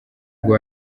ngo